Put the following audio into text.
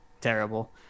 terrible